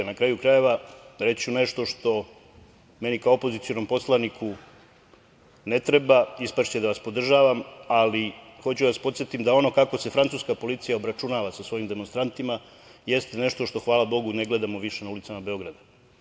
Na kraju krajeva, reći ću nešto što meni kao opozicionim poslaniku ne treba, ispašće da vas podržavam, ali hoću da vas podsetim da ono kako se francuska policija obračunava sa svojim demonstrantima jeste nešto što, hvala bogu, ne gledamo više na ulicama Beograda.